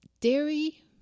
dairy